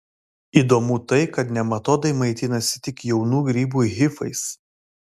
įdomu tai kad nematodai maitinasi tik jaunų grybų hifais